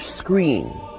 screen